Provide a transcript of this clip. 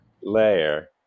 layer